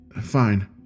Fine